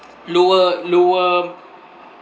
lower lower